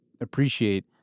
appreciate